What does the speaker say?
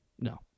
No